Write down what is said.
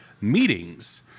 meetings